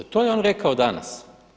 To je on rekao danas.